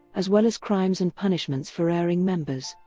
as well as crimes and punishments for erring members.